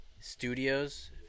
Studios